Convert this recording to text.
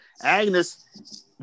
Agnes